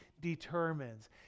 determines